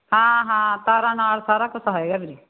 ਹਾਂ ਹਾਂ ਤਾਰਾਂ ਨਾਲ ਸਾਰਾ ਕੁਛ ਹੈਗਾ ਵੀਰੇ